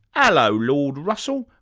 hello lord russell,